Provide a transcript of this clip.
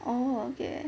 orh okay